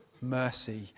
mercy